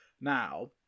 now